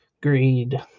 greed